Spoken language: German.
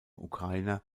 ukrainer